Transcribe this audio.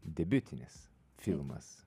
debiutinis filmas